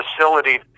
facility